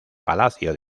palacio